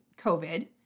COVID